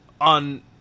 on